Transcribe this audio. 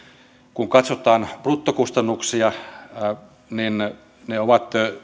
kun katsotaan bruttokustannuksia niin ne ovat